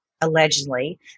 allegedly